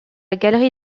galerie